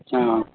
हँ